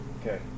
Okay